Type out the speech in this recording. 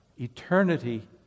eternity